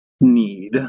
need